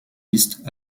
liszt